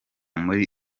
muri